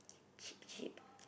cheap cheap